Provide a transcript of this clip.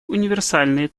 универсальные